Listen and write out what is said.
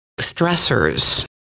stressors